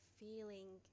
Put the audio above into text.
feeling